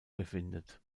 befindet